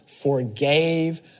forgave